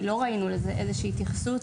כי לא ראינו לזה איזו שהיא התייחסות.